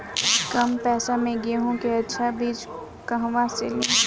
कम पैसा में गेहूं के अच्छा बिज कहवा से ली?